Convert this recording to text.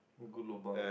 good lobang